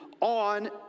on